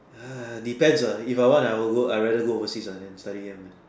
depends uh if I want I would go I rather go overseas uh then study here man